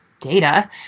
data